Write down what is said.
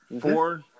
Four